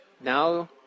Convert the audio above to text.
Now